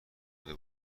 شده